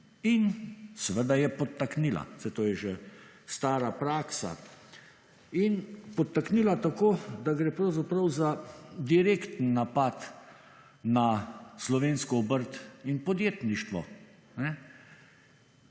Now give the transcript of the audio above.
in, seveda je podtaknila, saj to je že stara praksa. In, podtaknila tako, da gre pravzaprav za direkten napad na slovensko obrt in podjetništvo.